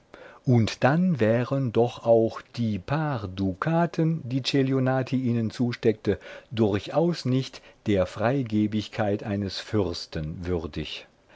und dann wären doch auch die paar dukaten die celionati ihnen zusteckte durchaus nicht der freigebigkeit eines fürsten würdig